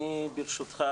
ברשותך,